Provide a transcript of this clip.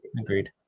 agreed